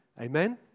Amen